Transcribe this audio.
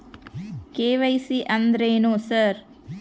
KYC ಅಂದ್ರೇನು sir?